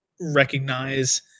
recognize